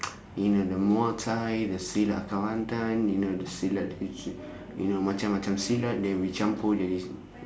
you know the muay thai the silat kelantan you know the silat which you know macam macam silat they will campur jadi